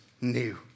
new